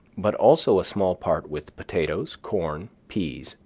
but also a small part with potatoes, corn, peas,